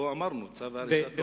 פה אמרנו, צו הריסה בתוך חודש.